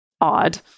odd